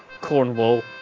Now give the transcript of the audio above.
Cornwall